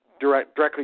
directly